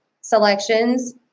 selections